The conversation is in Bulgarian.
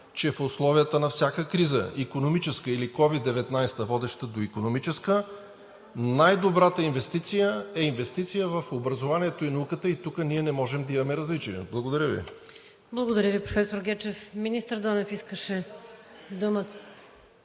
че в условията на всяка криза – икономическа, или COVID-19, водеща до икономическа, най-добрата инвестиция е инвестиция в образованието и науката и тук ние не можем да имаме различия. Благодаря Ви. ПРЕДСЕДАТЕЛ ВИКТОРИЯ ВАСИЛЕВА: Благодаря Ви, професор Гечев. Министър Донев искаше думата.